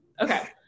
okay